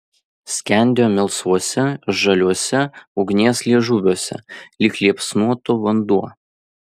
skendėjo melsvuose žaliuose ugnies liežuviuose lyg liepsnotų vanduo